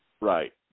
Right